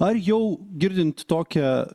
ar jau girdint tokią